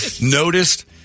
noticed